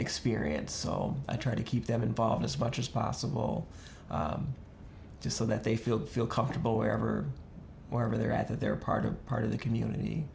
experience so i try to keep them involved as much as possible just so that they feel feel comfortable wherever wherever they're at that they're part of a part of the community